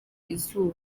izuba